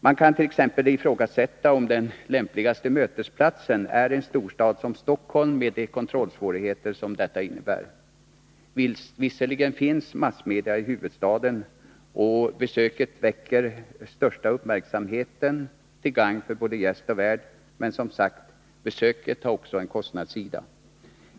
Man kan ifrågasätta om den lämpligaste mötesplatsen är en storstad som Stockholm med de kontrollsvårigheter som detta innebär. Visserligen finns massmedia i huvudstaden, och besöket där väcker den största uppmärksamheten till gagn för både gäst och värd. Men som sagt: besöket har också en kostnadssida.